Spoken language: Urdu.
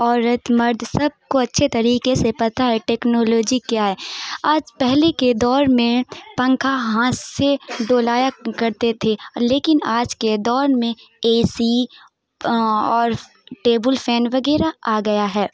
عورت مرد سب کو اچّھے طریقے سے پتہ ہے ٹیکنالوجی کیا ہے آج پہلے کے دور میں پنکھا ہاتھ سے ڈولایا کرتے تھے لیکن آج کے دور میں اے سی اور ٹیبل فین وغیرہ آگیا ہے